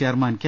chairman K